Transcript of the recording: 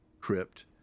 crypt